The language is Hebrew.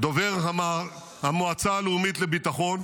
דובר המועצה הלאומית לביטחון,